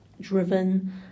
driven